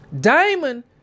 Diamond